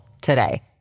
today